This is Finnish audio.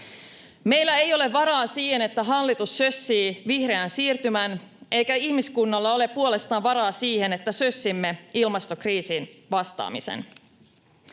Meillä ei ole varaa siihen, että hallitus sössii vihreän siirtymän, eikä ihmiskunnalla ole puolestaan varaa siihen, että sössimme ilmastokriisiin vastaamisen.